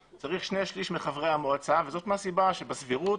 זאת זיקה או לא זיקה?